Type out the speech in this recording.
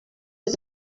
was